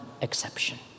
exception